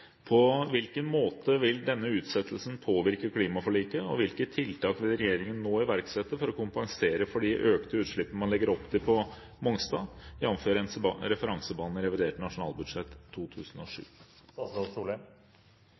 På hvilken måte vil denne utsettelsen påvirke klimaforliket, og hvilke tiltak vil regjeringen nå iverksette for å kompensere for de økte utslippene man legger opp til på Mongstad, jf. referansebanen i revidert nasjonalbudsjett 2007?»